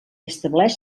establix